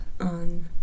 on